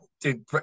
dude